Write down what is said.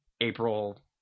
April